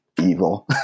evil